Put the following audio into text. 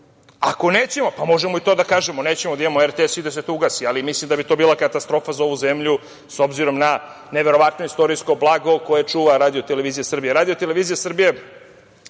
ako nećemo, možemo i to da kažemo, nećemo da imamo RTS i da se to ugasi. Ali, mislim da bi to bila katastrofa za ovu zemlju, s obzirom na neverovatno istorijsko blago koje čuva RTS. Radio televizija Srbije